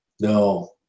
No